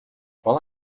while